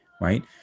right